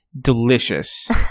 Delicious